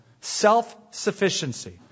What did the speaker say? self-sufficiency